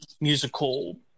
musical